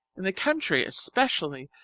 in the country, especially,